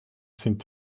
sind